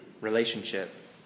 Relationship